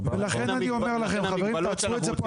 לכן אני אומר לכם חברים, תעצרו את זה פה.